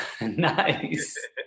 nice